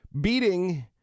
beating